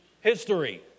history